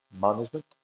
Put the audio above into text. management